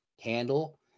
handle